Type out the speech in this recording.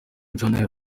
john